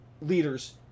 leaders